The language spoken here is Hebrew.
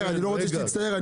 תצטער סתם,